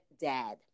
dad